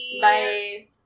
Bye